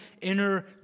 inner